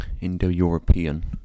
Indo-European